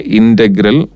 integral